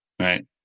Right